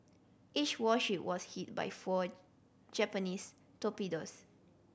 each warship was hit by four Japanese torpedoes